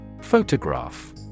Photograph